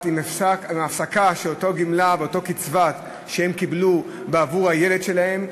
עם הפסקה של אותה גמלה ואותה קצבה שהם קיבלו בעבור הילד שלהם,